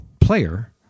player